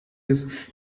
his